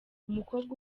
umukobwa